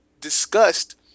discussed